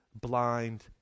blind